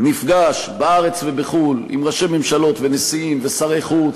נפגש בארץ ובחו"ל עם ראשי ממשלות ונשיאים ושרי חוץ.